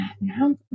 now